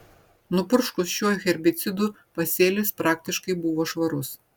nupurškus šiuo herbicidu pasėlis praktiškai buvo švarus